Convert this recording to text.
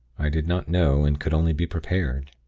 i did not know, and could only be prepared.